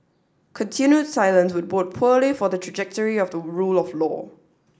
continued silence would bode poorly for the trajectory of the rule of law